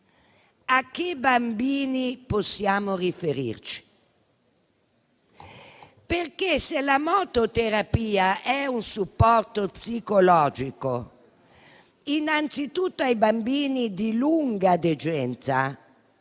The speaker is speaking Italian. quali bambini possiamo riferirci? Se la mototerapia è un supporto psicologico rivolto innanzitutto ai bambini di lunga degenza,